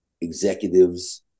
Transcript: executives